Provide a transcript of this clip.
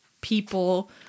people